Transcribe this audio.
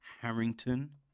Harrington